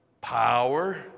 power